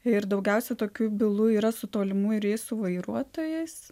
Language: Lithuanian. ir daugiausia tokių bylų yra su tolimųjų reisų vairuotojais